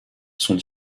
sont